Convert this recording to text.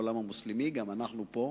המוסלמי, גם אנחנו פה,